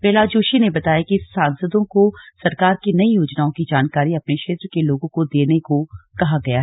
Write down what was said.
प्रहलाद जोशी ने बताया कि सांसदों को सरकार की नई योजनाओं की जानकारी अपने क्षेत्र के लोगों को देने को कहा गया है